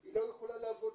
היא לא יכולה לעבוד,